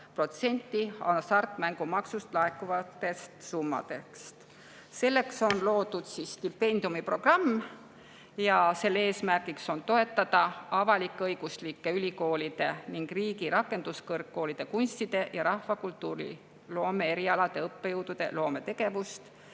3,8% hasartmängumaksust laekuvatest summadest. Selleks on loodud stipendiumiprogramm, mille eesmärgiks on toetada avalik-õiguslike ülikoolide ning riigi rakenduskõrgkoolide kunstide ja rahvakultuuri loomeerialade õppejõudude loometegevust